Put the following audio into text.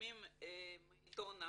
מתרגמים מעיתון אחר.